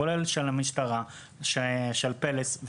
כולל המשטרה ופלס,